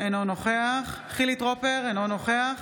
אינו נוכח חילי טרופר, אינו נוכח